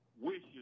wishes